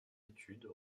études